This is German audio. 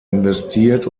investiert